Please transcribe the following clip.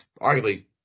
arguably